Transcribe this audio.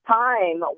time